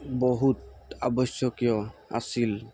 বহুত আৱশ্যকীয় আছিল